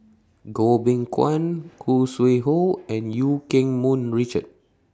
Goh Beng Kwan Khoo Sui Hoe and EU Keng Mun Richard